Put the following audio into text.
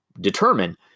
determine